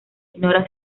ignora